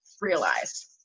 realize